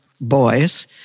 boys